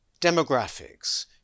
Demographics